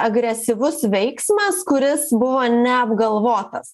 agresyvus veiksmas kuris buvo neapgalvotas